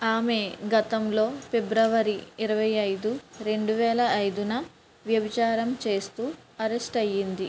ఆమె గతంలో ఫిబ్రవరి ఇరవై ఐదు రెండు వేల ఐదున వ్యభిచారం చేస్తూ అరెస్ట్ అయ్యింది